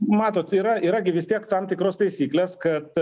matot yra yra gi vis tiek tam tikros taisyklės kad